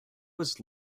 was